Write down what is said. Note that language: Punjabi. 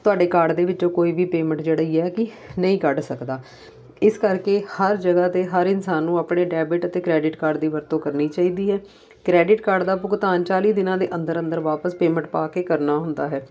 ਤੁਹਾਡੇ ਕਾਰਡ ਦੇ ਵਿੱਚੋਂ ਕੋਈ ਵੀ ਪੇਮੈਂਟ ਜਿਹੜਾ ਹੈ ਕਿ ਨਹੀਂ ਕੱਢ ਸਕਦਾ ਇਸ ਕਰਕੇ ਹਰ ਜਗ੍ਹਾ 'ਤੇ ਹਰ ਇਨਸਾਨ ਨੂੰ ਆਪਣੇ ਡੈਬਿਟ ਅਤੇ ਕ੍ਰੈਡਿਟ ਕਾਰਡ ਦੀ ਵਰਤੋਂ ਕਰਨੀ ਚਾਹੀਦੀ ਹੈ ਕ੍ਰੈਡਿਟ ਕਾਰਡ ਦਾ ਭੁਗਤਾਨ ਚਾਲੀ ਦਿਨਾਂ ਦੇ ਅੰਦਰ ਅੰਦਰ ਵਾਪਸ ਪੇਮੈਂਟ ਪਾ ਕੇ ਕਰਨਾ ਹੁੰਦਾ ਹੈ